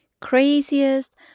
craziest